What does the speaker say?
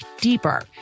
deeper